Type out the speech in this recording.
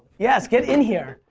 yes, get in here.